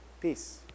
Peace